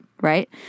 right